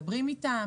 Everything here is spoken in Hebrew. מדברים איתן?